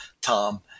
Tom